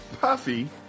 Puffy